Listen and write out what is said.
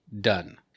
done